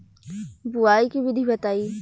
बुआई के विधि बताई?